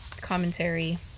commentary